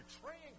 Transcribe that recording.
betraying